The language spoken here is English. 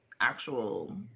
actual